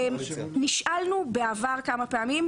נשאלנו בעבר כמה פעמים,